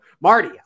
Marty